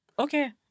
Okay